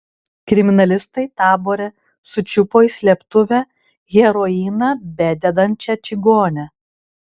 kriminalistai tabore sučiupo į slėptuvę heroiną bededančią čigonę